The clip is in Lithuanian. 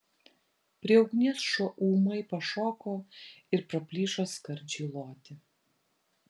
prie ugnies šuo ūmai pašoko ir praplyšo skardžiai loti